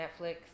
Netflix